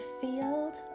field